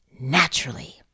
naturally